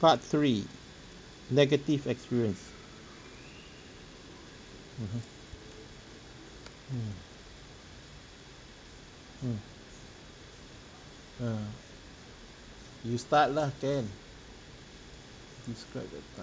part three negative experience mmhmm mmhmm mm err you start lah can describe a time